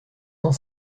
cent